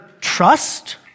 trust